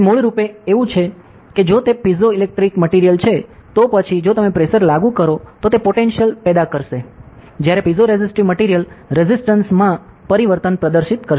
તે મૂળરૂપે એવું છે કે જો તે પીઝોઇલેક્ટ્રિક સામગ્રી છે તો પછી જો તમે પ્રેશર લાગુ કરો તો તે પોટેન્સિયલ પેદા કરશે જ્યારે પીઝોરેસિટીવ સામગ્રી રેઝિસ્ટન્સ માં પરિવર્તન પ્રદર્શિત કરશે